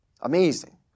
Amazing